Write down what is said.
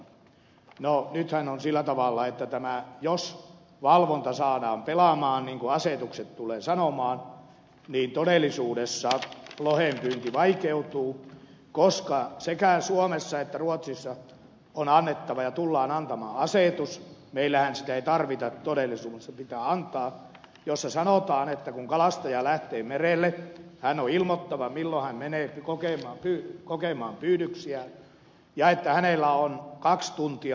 no nythän on sillä tavalla että jos valvonta saadaan pelaamaan niin kuin asetukset tulevat sanomaan niin todellisuudessa lohenpyynti vaikeutuu koska sekä suomessa että ruotsissa on annettava ja tullaan antamaan asetus meillähän sitä ei tarvita todellisuudessa se pitää antaa jossa sanotaan että kun kalastaja lähtee merelle hänen on ilmoittava milloin hän menee kokemaan pyydyksiä ja hänellä on muistaakseni kaksi tuntia